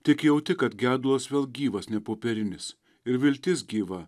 tik jauti kad gedulas vėl gyvas nepopierinis ir viltis gyva